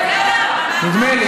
נדמה לי,